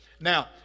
Now